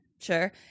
Sure